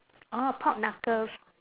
orh pork knuckles